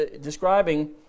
describing